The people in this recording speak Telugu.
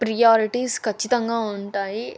ప్రియారిటీస్ ఖచ్చితంగా ఉంటాయి